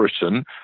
Britain